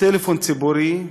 טלפון ציבורי,